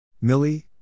Millie